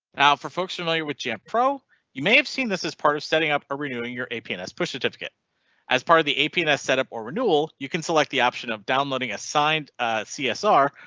now for folks familiar with jampro you may have seen this as part of setting up a renewing your apn s push certificate as part of the apn s set up for renewal you can select the option of downloading assigned csr.